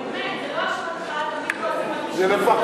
באמת, זה לא אשמתך.